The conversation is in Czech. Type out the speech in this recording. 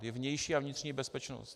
Je vnější a vnitřní bezpečnost.